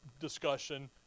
discussion